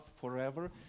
forever